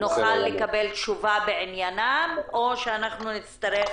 נוכל לקבל תשובה בעניינם או שנצטרך